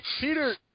Peter